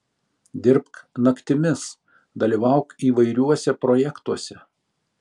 dirbk naktimis dalyvauk įvairiuose projektuose